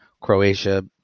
Croatia